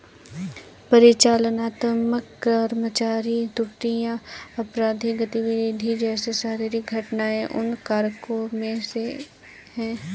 परिचालनात्मक कर्मचारी त्रुटियां, आपराधिक गतिविधि जैसे शारीरिक घटनाएं उन कारकों में से है